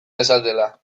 dezatela